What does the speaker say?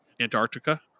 antarctica